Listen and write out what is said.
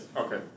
Okay